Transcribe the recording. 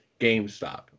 GameStop